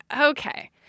okay